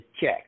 check